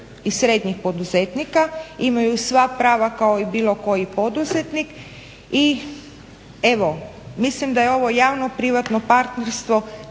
i srednjih poduzetnika. Imaju sva prava kao i bilo koji poduzetnik. I evo, mislim da je ovo javno privatno partnerstvo